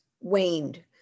waned